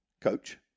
Coach